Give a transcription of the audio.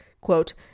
quote